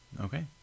Okay